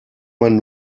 man